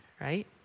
right